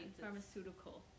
pharmaceutical